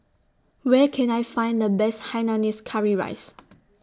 Where Can I Find The Best Hainanese Curry Rice